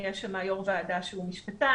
יש שם יו"ר ועדה שהוא משפטן,